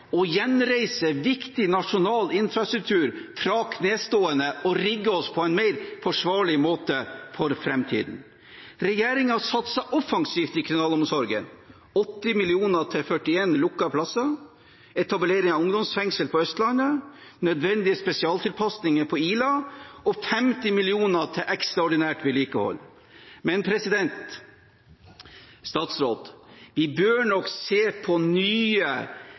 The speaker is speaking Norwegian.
å gjenreise viktig nasjonal infrastruktur fra knestående og rigge oss på en mer forsvarlig måte for framtiden. Regjeringen satser offensivt i kriminalomsorgen: 80 mill. kr til 41 lukkede plasser, etablering av ungdomsfengsel på Østlandet, nødvendige spesialtilpassinger på Ila fengsel og 50 mill. kr til ekstraordinært vedlikehold. Men vi bør nok se på nye